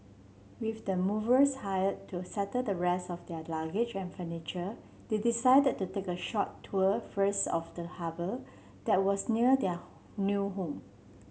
with the movers hired to settle the rest of their luggage and furniture they decided to take a short tour first of the harbour that was near their new home